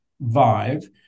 Vive